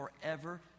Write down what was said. forever